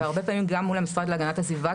והרבה פעמים גם מול המשרד להגנת הסביבה,